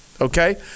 Okay